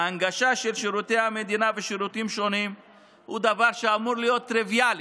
והנגשה של שירותי המדינה ושירותים שונים היא דבר שאמור להיות טריוויאלי.